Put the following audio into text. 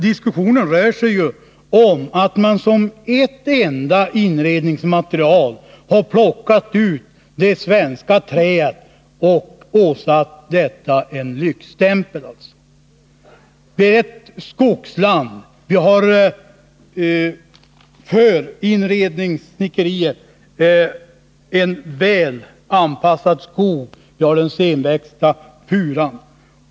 Diskussionen rör sig ju om att man har plockat ut ett enda inredningsmaterial, svenskt trä, och åsatt detta en lyxstämpel. Sverige är ett skogsland. Vi har en för inredningssnickerier väl lämpad skog, vi har den senväxta furan.